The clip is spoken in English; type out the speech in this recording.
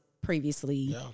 previously